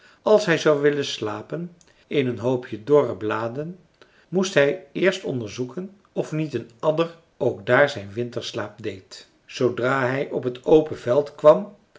als hij zou willen slapen in een hoopje dorre bladen moest hij eerst onderzoeken of niet een adder ook daar zijn winterslaap deed zoodra hij op t open veld kwam